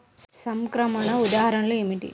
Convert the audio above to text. సంక్రమణ ఉదాహరణ ఏమిటి?